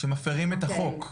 שמפרים את החוק?